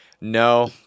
No